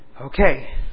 Okay